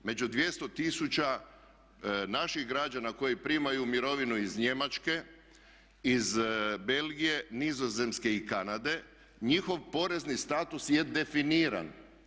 Među 200 tisuća naših građana koji primaju mirovinu iz Njemačke, iz Belgije, Nizozemske i Kanade, njihov porezni status je definiran.